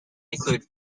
include